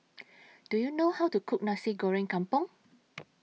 Do YOU know How to Cook Nasi Goreng Kampung